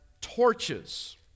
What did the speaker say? torches